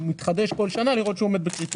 זה מתחדש כל שנה כדי לראות שהוא עומד בקריטריונים.